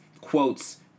quotes